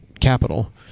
capital